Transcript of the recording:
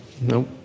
nope